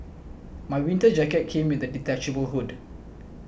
my winter jacket came with a detachable hood